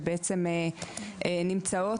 שבעצם נמצאות,